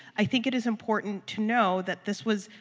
i think it is important to know that this was,